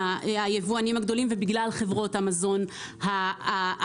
הגדולים ובגלל חברות המזון הגדולות.